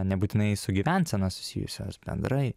nebūtinai su gyvensena susijusios bendrai